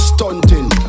Stunting